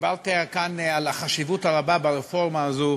דיברתי כאן על החשיבות הרבה ברפורמה הזו,